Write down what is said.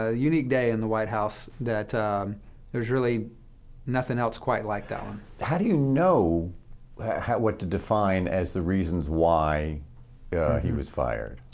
ah unique day in the white house, that there was really nothing else quite like that one. how do you know what to define as the reasons why yeah he was fired?